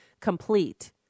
complete